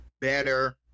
better